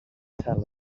tell